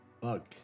bug